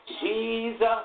Jesus